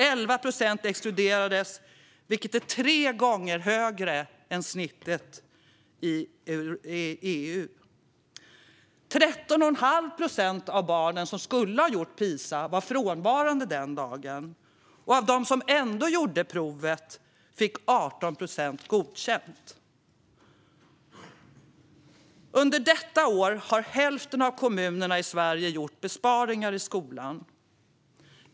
11 procent exkluderades, vilket är tre gånger högre än snittet i EU. 13 1⁄2 procent av de barn som skulle ha deltagit i PISA-provet var frånvarande den dagen, och av dem som ändå gjorde provet fick 18 procent godkänt. Under detta år har hälften av kommunerna i Sverige gjort besparingar i skolan.